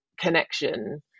connection